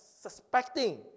Suspecting